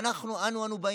ואנחנו, אנה אנו באים?